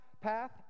path